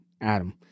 Adam